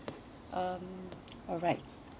um alright